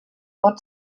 pot